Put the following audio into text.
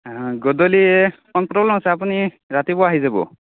গধূলি প্ৰবলেম আছে আপুনি ৰাতিপুৱা আহি যাব